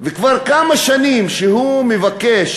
וכבר כמה שנים שהוא מבקש